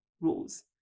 rules